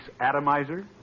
atomizer